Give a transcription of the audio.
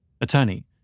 Attorney